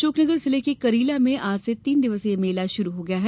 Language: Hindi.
अशोकनगर जिले के करीला में आज से तीन दिवसीय मेला शुरू हो गया है